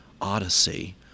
odyssey